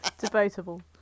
Debatable